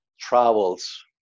travels